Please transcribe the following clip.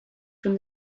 from